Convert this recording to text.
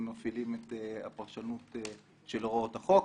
כשמפעילים את הפרשנות של הוראות החוק,